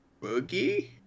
boogie